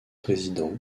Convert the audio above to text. président